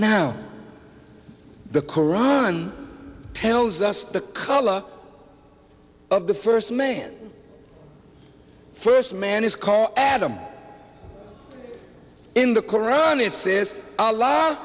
now the koran tells us the color of the first man first man is called adam in the koran it says a la